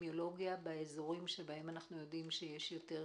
והאפידמיולוגיה באזורים שבהם אנחנו יודעים שיש יותר שריפות.